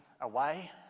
away